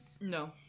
No